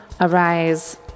arise